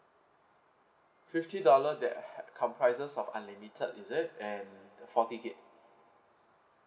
fifty dollar that uh had comprises of unlimited is it and the forty gig